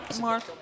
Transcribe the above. Mark